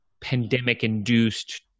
pandemic-induced